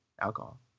alcohol